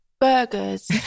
burgers